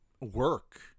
work